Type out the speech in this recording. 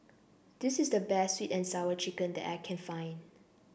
this is the best sweet and Sour Chicken that I can find